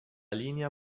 linea